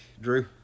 Drew